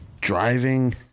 Driving